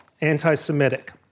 anti-Semitic